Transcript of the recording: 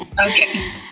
Okay